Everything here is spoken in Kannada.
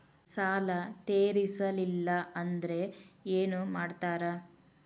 ಸಾಲ ತೇರಿಸಲಿಲ್ಲ ಅಂದ್ರೆ ಏನು ಮಾಡ್ತಾರಾ?